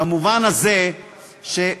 במובן הזה שבמעבר,